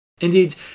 Indeed